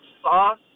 sauce